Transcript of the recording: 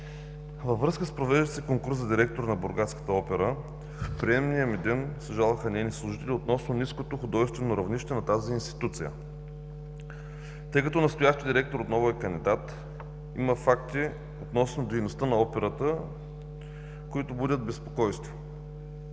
Във връзка с провеждащия се конкурс за директор на Бургаската опера в приемния ми ден се жалваха нейни служители относно ниското художествено равнище на тази институция. Тъй като настоящият директор отново е кандидат, има факти относно дейността на операта, които будят безпокойство.